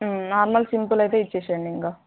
normal simple అయితే ఇచేసేయండి ఇంక